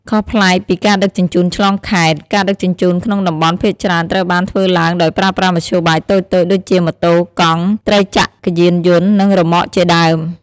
ខុសប្លែកពីការដឹកជញ្ជូនឆ្លងខេត្ត ការដឹកជញ្ជូនក្នុងតំបន់ភាគច្រើនត្រូវបានធ្វើឡើងដោយប្រើប្រាស់មធ្យោបាយតូចៗដូចជាម៉ូតូ កង់ ត្រីចក្រយានយន្ត និងរ៉ឺម៉កជាដើម។